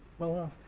well enough?